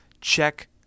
check